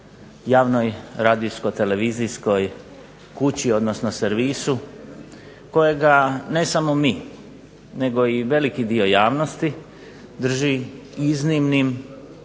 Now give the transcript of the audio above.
javnoj radijsko-televizijskoj kući odnosno servisu kojega ne samo mi nego i veliki dio javnosti drži iznimnim,